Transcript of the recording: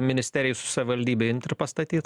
ministerijai su savivaldybe imt ir pastatyt